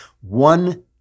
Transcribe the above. one